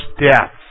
Death